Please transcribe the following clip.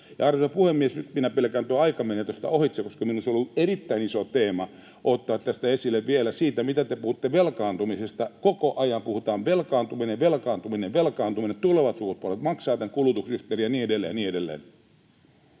arvoisa puhemies, nyt minä pelkään, että tuo aika menee tuosta ohitse, koska minulla olisi ollut erittäin iso teema ottaa tästä esille vielä liittyen siihen, mitä te puhuitte velkaantumisesta. Koko ajan puhutaan, että ”velkaantuminen, velkaantuminen, velkaantuminen”, että tulevat sukupolvet maksavat tämän kulutushysterian ja niin edelleen